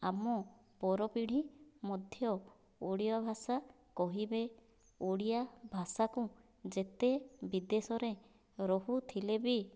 ଆମ ପର ପିଢ଼ି ମଧ୍ୟ ଓଡ଼ିଆ ଭାଷା କହିବେ ଓଡ଼ିଆ ଭାଷାକୁ ଯେତେ ବିଦେଶରେ ରହୁଥିଲେ ବି